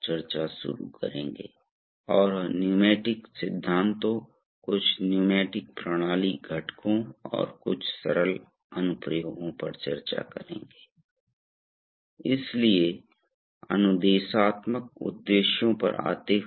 इस व्याख्यान में हम पहले प्रेशर और फ्लो कंट्रोल वाल्व को देखेंगे कुछ ऐसा जो पिछले लेक्चर से अधिक होगा फिर हाइड्रोलिक सिलेंडरों आनुपातिक वाल्व और सर्वो वाल्वों को देखेंगे और अंत में हम एक पूर्ण हाइड्रोलिक सक्रियण प्रणाली की संरचना को देखेंगे इसलिए हम निर्देश के उद्देश्यों को देखते हैं